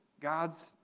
God's